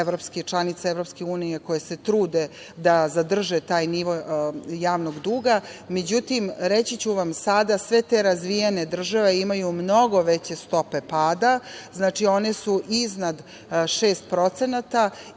članice EU koje se trude da zadrže taj nivo javnog duga. Međutim, reći ću vam sada, sve te razvijene države imaju mnogo veće stope pada. Znači, one su iznad 6% i